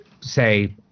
say